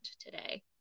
today